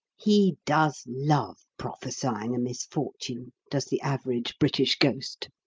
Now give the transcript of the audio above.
he does love prophesying a misfortune, does the average british ghost.